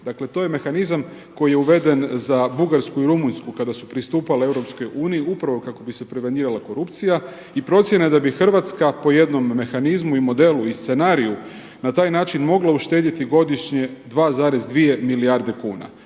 Dakle, to je mehanizam koji je uveden za Bugarsku i Rumunjsku kada su pristupale Europskoj uniji upravo kako bi se prevenirala korupcija. I procjena je da bi Hrvatska po jednom mehanizmu i modelu i scenariju na taj način mogla uštedjeti godišnje 2,2 milijarde kuna